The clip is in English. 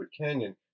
Canyon